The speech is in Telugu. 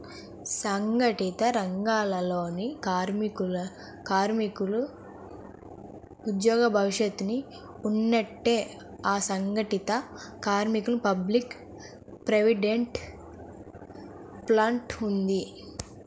సంఘటిత రంగాలలోని కార్మికులకు ఉద్యోగ భవిష్య నిధి ఉన్నట్టే, అసంఘటిత కార్మికులకు పబ్లిక్ ప్రావిడెంట్ ఫండ్ ఉంది